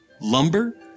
lumber